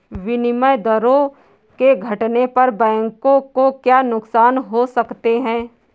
विनिमय दरों के घटने पर बैंकों को क्या नुकसान हो सकते हैं?